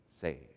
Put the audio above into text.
saved